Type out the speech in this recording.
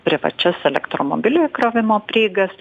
privačias elektromobilių įkrovimo prieigas